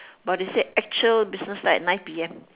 but they said actual business start at nine P M